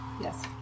Yes